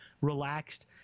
relaxed